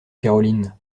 caroline